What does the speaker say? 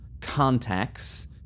contacts